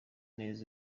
neza